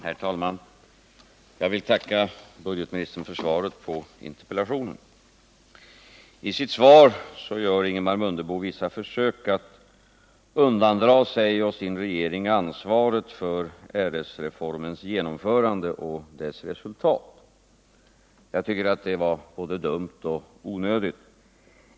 Herr talman! Jag vill tacka budgetministern för svaret på min interpellation. I sitt svar gör Ingemar Mundebo vissa försök att undandra sig själv och sin regering ansvaret för RS-reformens genomförande och resultatet härav. Jag tycker att det var både dumt och onödigt.